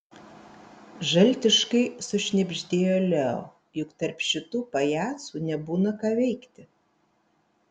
žaltiškai sušnibždėjo leo juk tarp šitų pajacų nebūna ką veikti